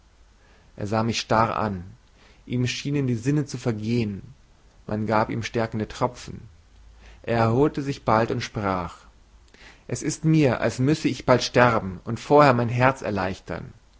er sah mich starr an ihm schienen die sinne zu vergehen man gab ihm stärkende tropfen er erholte sich bald und sprach es ist mir so als müsse ich bald sterben und vorher mein herz erleichtern